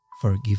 forgive